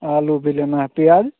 आलू भी लेना है प्याज़